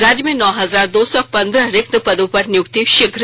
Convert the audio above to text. राज्य में नौ हजार दो सौ पंद्रह रिक्त पदों पर नियुक्ति शीघ्र